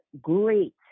great